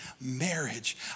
marriage